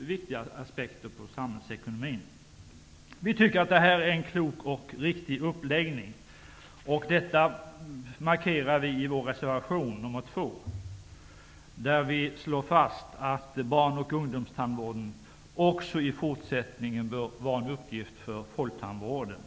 en viktig aspekt för samhällsekonomin. Vi tycker att det här är en klok och riktig uppläggning, och detta markerar vi i vår reservation, nr 2. Där slår vi fast att barn och ungdomstandvården också i fortsättningen bör vara en uppgift för folktandvården.